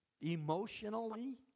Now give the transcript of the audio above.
emotionally